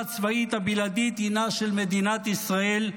הצבאית הבלעדית הינה של מדינת ישראל,